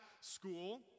school